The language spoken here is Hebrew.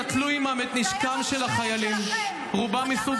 המחבלים נטלו את נשקם של החיילים, רובם מסוג